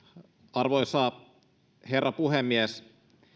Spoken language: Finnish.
arvoisa herra puhemies